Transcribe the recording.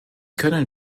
können